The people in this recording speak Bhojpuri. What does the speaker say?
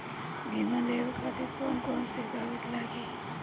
बीमा लेवे खातिर कौन कौन से कागज लगी?